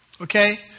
Okay